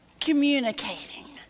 Communicating